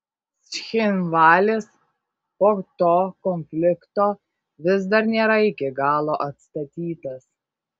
cchinvalis po to konflikto vis dar nėra iki galo atstatytas